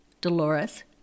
Dolores